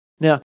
Now